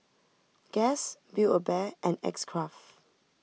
Guess Build A Bear and X Craft